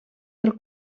del